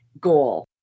goal